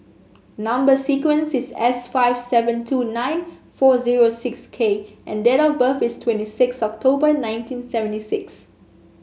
number sequence is S five seven two nine four zero six K and date of birth is twenty six October nineteen seventy six